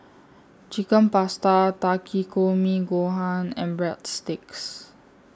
Chicken Pasta Takikomi Gohan and Breadsticks